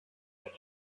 the